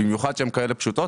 במיוחד כשהן כאלה פשוטות,